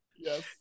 Yes